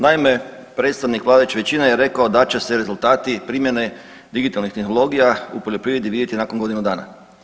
Naime, predstavnik vladajuće većine je rekao da će se rezultati primjene digitalnih tehnologija u poljoprivredi vidjeti nakon godinu dana.